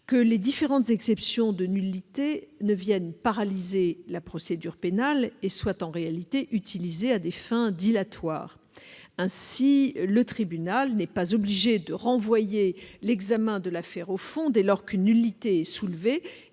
que les différentes exceptions de nullité ne viennent paralyser la procédure pénale et ne soient en réalité utilisées à des fins dilatoires. Ainsi, le tribunal n'est pas obligé de renvoyer l'examen de l'affaire au fond dès lors qu'une nullité est soulevée,